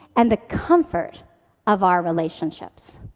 and the comfort of our relationships.